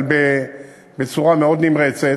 אבל בצורה מאוד נמרצת.